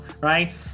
right